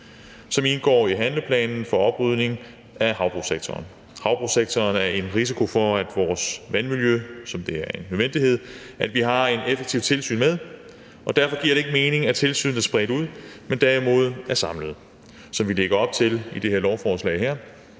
som indgår i handleplanen for oprydningen af havbrugssektoren. Havbrugssektoren er en risiko for vores vandmiljø, som det er en nødvendighed at vi fører et effektivt tilsyn med, og derfor giver det ikke mening at have tilsynet spredt ud, men det gør det derimod, at det er samlet, som vi lægger op til i det her lovforslag.